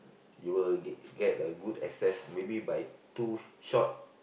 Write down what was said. you will get get a good access maybe by two shot